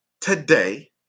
today